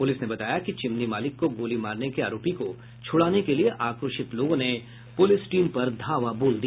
police ने बताया कि चिमनी मालिक को गोली मारने के आरोपी को छुड़ाने के लिये आक्रोशित लोगों ने पुलिस टीम पर धावा बोल दिया